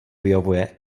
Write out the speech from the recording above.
vyhovuje